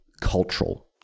cultural